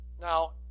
Now